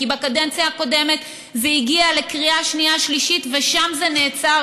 כי בקדנציה הקודמת זה הגיע לקריאה שנייה ושלישית ושם זה נעצר,